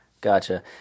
Gotcha